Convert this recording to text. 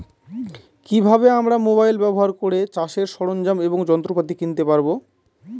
কি ভাবে আমরা মোবাইল ব্যাবহার করে চাষের সরঞ্জাম এবং যন্ত্রপাতি কিনতে পারবো?